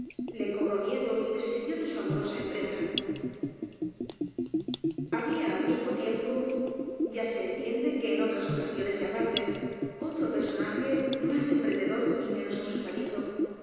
le cobró miedo y desistió de su amo rosa empresa había al mismo tiempo ya se entiende que en otras ocasiones y apartes otro personaje más em prendedor y menos asustadizo